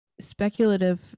speculative